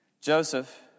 Joseph